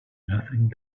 nothing